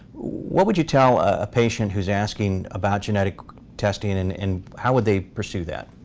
what would you tell a patient who's asking about genetic testing, and and how would they pursue that?